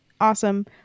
Awesome